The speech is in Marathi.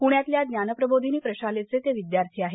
पुण्यातल्या ज्ञानप्रबोधीनी प्रशालेचे ते विद्यार्थी आहेत